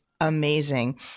amazing